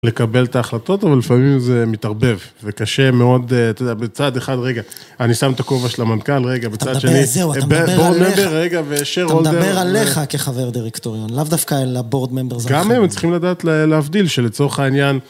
לקבל את ההחלטות אבל לפעמים זה מתערבב וקשה מאוד, אתה יודע, בצד אחד רגע אני שם את הכובע של המנכ"ל רגע, בצד שני, אז זהו אתה מדבר עליך רגע,... אתה מדבר עליך כחבר דירקטוריון, לאו דווקא על ה board members גם הם צריכים לדעת להבדיל שלצורך העניין